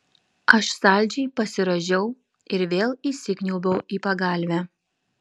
aš saldžiai pasirąžiau ir vėl įsikniaubiau į pagalvę